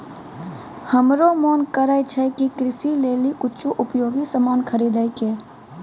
हमरो मोन करै छै कि कृषि लेली कुछ उपयोगी सामान खरीदै कै